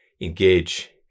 engage